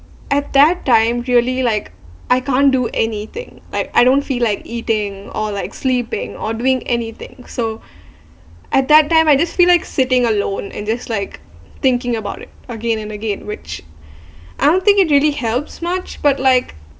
at that time really like I can't do anything like I don't feel like eating or like sleeping or doing anything so at that time I just feel like sitting alone and just like thinking about it again and again which I don't think it really helps much but like